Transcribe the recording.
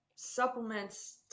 supplements